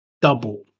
Double